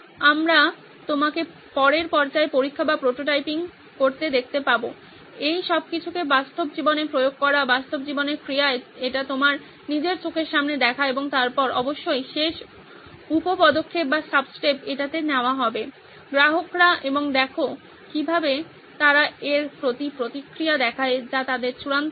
আমরা তোমাকে পরের পর্যায়ে পরীক্ষা বা প্রোটোটাইপিং করতে দেখতে পাবো এই সবকিছুকে বাস্তব জীবনে প্রয়োগ করা বাস্তব জীবনের ক্রিয়ায় এটি তোমার নিজের চোখের সামনে দেখা এবং তারপর অবশ্যই শেষ উপ পদক্ষেপটি এটিতে নেওয়া হবে গ্রাহকরা এবং দেখো কিভাবে তারা এর প্রতি প্রতিক্রিয়া দেখায় যা তাদের চূড়ান্ত লক্ষ্য